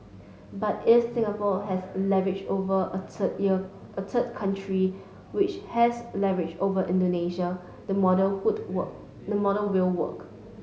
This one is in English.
but if Singapore has leverage over a third year a third country which has leverage over Indonesia the model would work the model will work